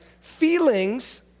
feelings